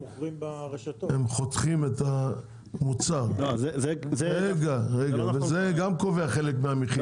הם חותכים את המוצר וזה גם קובע חלק מהמחיר.